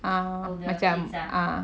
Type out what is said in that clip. ah macam ah